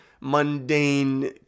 mundane